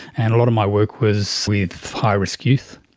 and a lot of my work was with high risk youth.